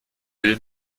will